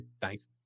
thanks